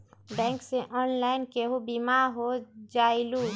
Bank से online केहु बिमा हो जाईलु?